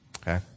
Okay